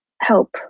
help